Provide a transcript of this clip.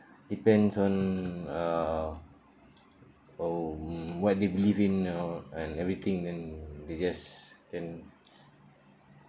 depends on uh um what they believe in you know and everything then they just can